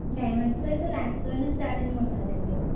డైమండ్స్లో అయితే ల్యాక్స్లోనే స్టార్టింగ్ ఉన్నాదండి